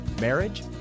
marriage